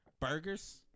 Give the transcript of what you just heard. Burgers